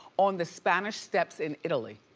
on the spanish steps in italy.